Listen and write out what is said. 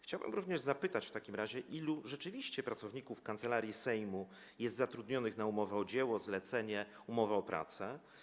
Chciałbym również zapytać w takim razie, ilu rzeczywiście pracowników Kancelarii Sejmu jest zatrudnionych na umowę o dzieło, umowę zlecenia, umowę o pracę.